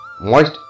moist